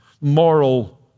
moral